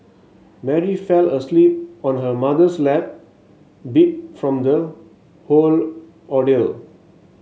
Mary fell asleep on her mother's lap beat from the whole ordeal